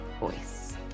voice